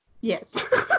Yes